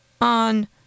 on